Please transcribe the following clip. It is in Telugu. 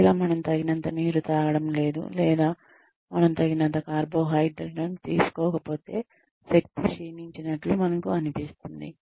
ఒకవేళ మనం తగినంత నీరు తాగడం లేదు లేదా మనం తగినంత కార్బోహైడ్రేట్లను తీసుకోకపోతే శక్తి క్షీణించినట్లు మనకు అనిపిస్తుంది